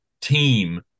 team